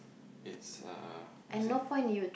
it's uh how to say